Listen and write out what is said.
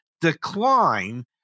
decline